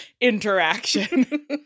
interaction